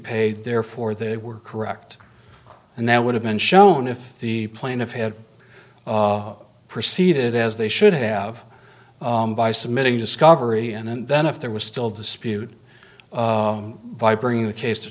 paid therefore they were correct and that would have been shown if the plaintiff had proceeded as they should have by submitting discovery and then if there was still dispute by bringing the case to